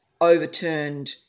overturned